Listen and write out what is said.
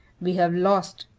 we have lost,